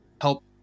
help